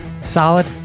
Solid